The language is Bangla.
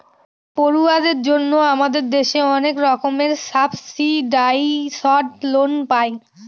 পড়ুয়াদের জন্য আমাদের দেশে অনেক রকমের সাবসিডাইসড লোন পায়